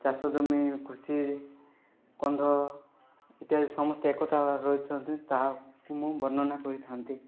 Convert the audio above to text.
ଚାଷ ଜମି କୃଷି କନ୍ଧ ଇତ୍ୟାଦି ସମସ୍ତେ ଏକତା ଭାବରେ ରହିଛନ୍ତି ତାହାକୁ ମୁଁ ବର୍ଣ୍ଣନା କରିଥାନ୍ତି